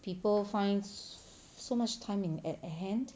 people find so much time in at hand